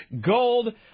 Gold